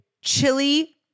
chili